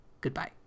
Goodbye